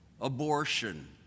abortion